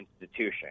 institution